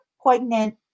poignant